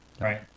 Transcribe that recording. Right